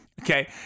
Okay